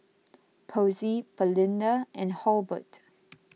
Posey Belinda and Halbert